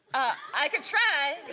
i could try.